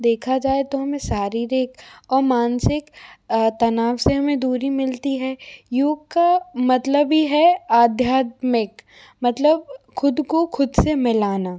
देखा जाए तो हमें शारीरिक और मानसिक तनाव से हमें दूरी मिलती है योग का मतलब ही है आध्यात्मिक मतलब खुद को खुद से मिलाना